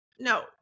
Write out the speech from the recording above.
No